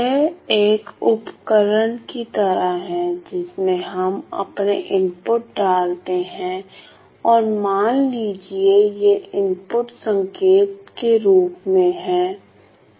यह एक उपकरण की तरह है जिसमें हम अपने इनपुट डालते हैं और मान लीजिए यह इनपुट संकेत के रूप में है